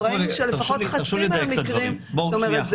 אנחנו ראינו שלפחות חצי מהמקרים זאת אומרת,